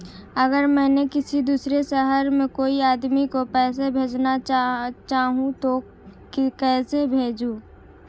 अगर मैं किसी दूसरे शहर में कोई आदमी को पैसे भेजना चाहूँ तो कैसे भेजूँ?